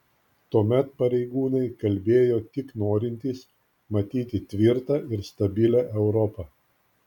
tuomet pareigūnai kalbėjo tik norintys matyti tvirtą ir stabilią europą